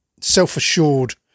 self-assured